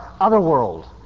otherworld